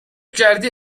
کردی